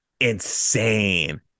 Insane